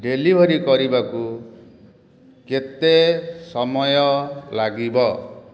delivery କରିବାକୁ କେତେ ସମୟ ଲାଗିବ